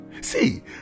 See